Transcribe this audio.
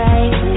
Right